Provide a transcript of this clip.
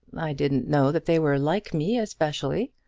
i didn't know that they were like me especially.